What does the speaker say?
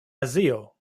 azio